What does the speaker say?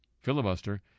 filibuster